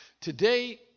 Today